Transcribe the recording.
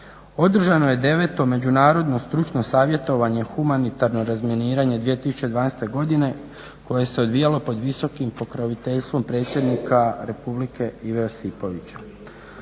Održano je 9. međunarodno stručno savjetovanje humanitarno razminiranje 2012. godine koje se odvijalo pod visokim pokroviteljstvom predsjednika Republike Ive Josipovića.